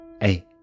Hey